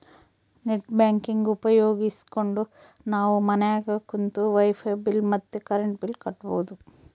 net banking ಉಪಯೋಗಿಸ್ಕೆಂಡು ನಾವು ಮನ್ಯಾಗ ಕುಂತು ವೈಫೈ ಬಿಲ್ ಮತ್ತೆ ಕರೆಂಟ್ ಬಿಲ್ ಕಟ್ಬೋದು